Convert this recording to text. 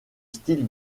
style